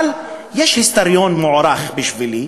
יש היסטוריון מוערך אצלי,